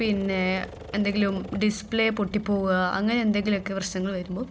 പിന്നെ എന്തെങ്കിലും ഡിസ്പ്ലേ പൊട്ടി പോവുക അങ്ങനെ എന്തെങ്കിലുമൊക്കെ പ്രശ്നങ്ങൾ വരുമ്പോൾ